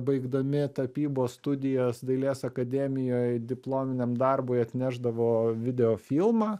baigdami tapybos studijas dailės akademijoj diplominiam darbui atnešdavo videofilmą